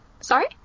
sorry